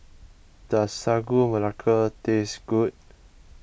does Sagu Melaka taste good